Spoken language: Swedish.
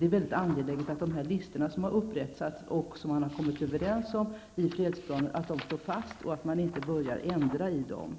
Det är mycket angeläget att dessa listor, som har upprättats och som man har kommit överens om i fredsplanen, står fast -- att man inte börjar ändra i dem.